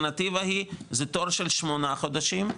זה תור של שמונה חודשים,